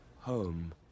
home